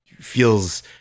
feels